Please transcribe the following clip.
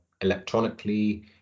electronically